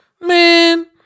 man